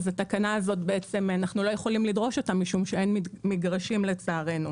אז את התקנה הזאת אנחנו בעצם לא יכולים לדרוש משום אין מגרשים לצערנו.